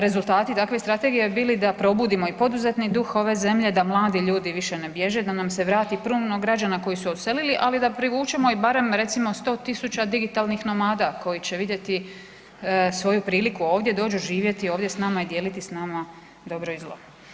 Rezultati takve strategije bi bili da probudimo i poduzetni duh ove zemlje, da mladi ljudi više ne bježi, da nam se vrati puno onih građana koji su odselili ali da privučemo i recimo sto tisuća digitalnih nomada koji će vidjeti svoju priliku ovdje, dođu živjeti ovdje sa nama i dijeliti sa nama dobro i zlo.